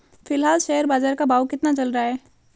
फिलहाल शेयर बाजार का भाव कितना चल रहा है?